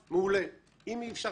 האוצר לא יחול עלינו,